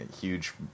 huge